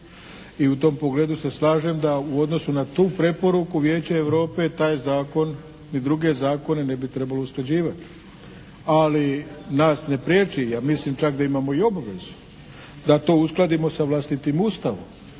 i u tom pogledu se slažem da u odnosu na tu preporuku Vijeće Europe taj zakon i druge zakone ne bi trebalo usklađivati. Ali, nas ne prijeći, ja mislim čak da imamo i obavezu da to uskladimo sa vlastitim Ustavom.